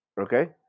Okay